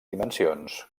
dimensions